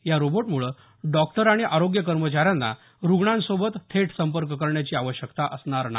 हा रोबोटमुळे डॉक्टर आणि आरोग्य कर्मचाऱ्यांना रुग्णांसोबत थेट संपर्क करण्याची आवश्यकता असणार नाही